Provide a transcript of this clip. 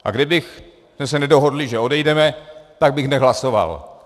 A kdybychom se nedohodli, že odejdeme, tak bych nehlasoval.